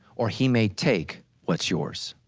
or he may take what's yours.